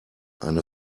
eine